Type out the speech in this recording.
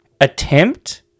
attempt